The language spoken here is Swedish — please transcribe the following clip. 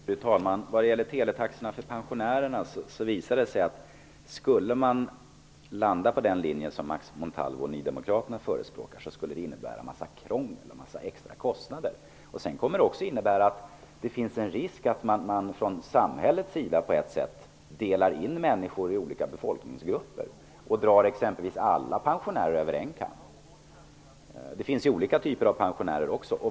Fru talman! Vad gäller teletaxorna för pensionärerna visar det sig att skulle man landa på den linje som Max Montalvo och Ny demokrati förespråkar, skulle det innebära en massa krångel och en massa extra kostnader. Sedan finns det också en risk att samhället på det sättet delar upp människor i olika befolkningsgrupper och drar exempelvis alla pensionärer över en kam. Det finns ju olika typer av pensionärer också.